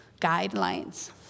guidelines